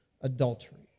adultery